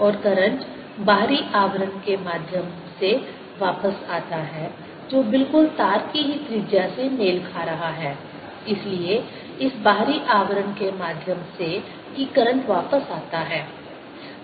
और करंट बाहरी आवरण के माध्यम से वापस आता है जो बिल्कुल तार की ही त्रिज्या से मेल खा रहा है इसलिए इस बाहरी आवरण के माध्यम से कि करंट वापस आता है